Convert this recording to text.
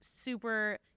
super